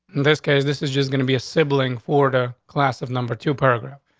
and this case, this is just gonna be a sibling for the class of number two program.